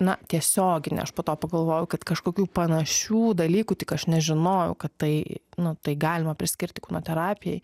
na tiesioginė aš po to pagalvojau kad kažkokių panašių dalykų tik aš nežinojau kad tai nu tai galima priskirti kūno terapijai